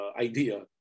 idea